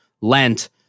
lent